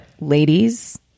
ladies